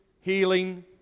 healing